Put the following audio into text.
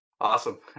Awesome